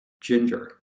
Ginger